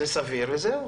זה סביר וזהו.